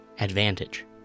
advantage